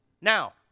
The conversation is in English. Now